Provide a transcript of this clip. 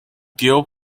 gil